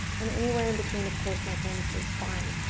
and anywhere in between, of course, my friends, is fine.